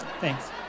Thanks